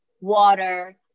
water